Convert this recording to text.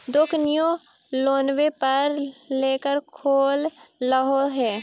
दोकनिओ लोनवे पर लेकर खोललहो हे?